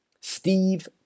Steve